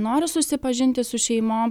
nori susipažinti su šeimom